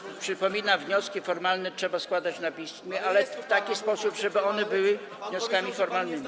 Przypominam, wnioski formalne trzeba składać na piśmie, ale w taki sposób, żeby były one wnioskami formalnymi.